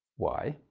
why?